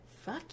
Fuck